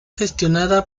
gestionada